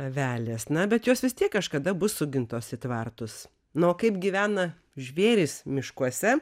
avelės na bet jos vis tiek kažkada bus sugintos į tvartus na o kaip gyvena žvėrys miškuose